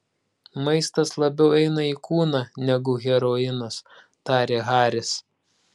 maistas labiau eina į kūną negu heroinas tarė haris